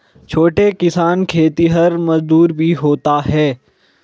छोटे किसान खेतिहर मजदूर भी होते हैं